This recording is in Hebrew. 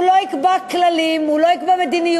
הוא לא יקבע כללים, הוא לא יקבע מדיניות.